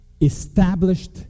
established